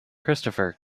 christopher